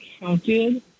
counted